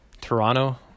Toronto